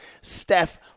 Steph